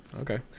Okay